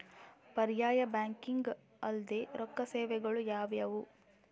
ಪರ್ಯಾಯ ಬ್ಯಾಂಕಿಂಗ್ ಅಲ್ದೇ ರೊಕ್ಕ ಸೇವೆಗಳು ಯಾವ್ಯಾವು?